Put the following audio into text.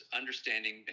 understanding